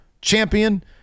champion